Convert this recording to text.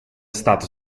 stato